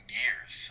years